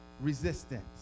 resistance